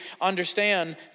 understand